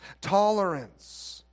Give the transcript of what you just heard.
tolerance